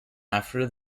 after